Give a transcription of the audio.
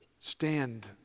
Stand